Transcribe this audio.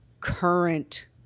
current